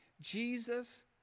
Jesus